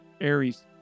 Aries